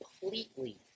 completely